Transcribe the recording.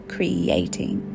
Creating